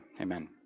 Amen